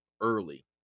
early